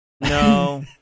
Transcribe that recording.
No